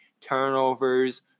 turnovers